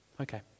okay